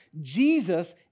Jesus